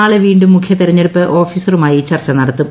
നാളെ വീണ്ടും മുഖ്യ തെരഞ്ഞെടുപ്പ് ഓഫീസറുമായി ചർച്ച നടത്തും